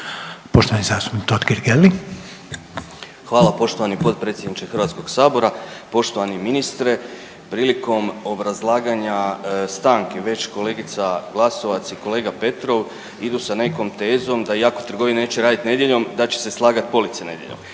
**Totgergeli, Miro (HDZ)** Hvala. Poštovani potpredsjedniče HS-a, poštovani ministre. Prilikom obrazlaganja stanke već kolegica Glasovac i kolega Petrov idu sa nekom tezom da iako trgovine neće radit nedjeljom da će se slagati police nedjeljom.